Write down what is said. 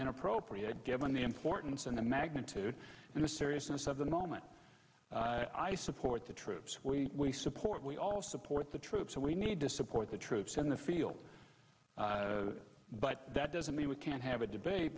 an appropriate given the importance and the magnitude and the seriousness of the moment i support the troops we support we all support the troops and we need to support the troops in the field but that doesn't mean we can't have a debate